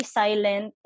silent